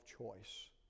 choice